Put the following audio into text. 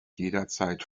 jederzeit